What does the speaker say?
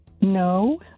no